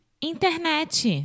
internet